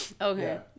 Okay